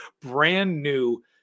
brand-new